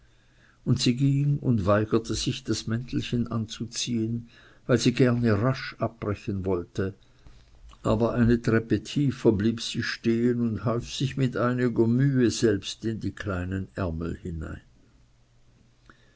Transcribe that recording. und sie ging und weigerte sich das mäntelchen anzuziehn weil sie gerne rasch abbrechen wollte aber eine treppe tiefer blieb sie stehn und half sich mit einiger mühe selbst in die kleinen ärmel hinein